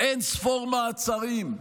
אין-ספור מעצרים,